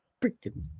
freaking